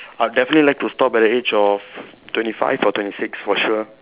I'll definitely like to stop at the age of twenty five or twenty six for sure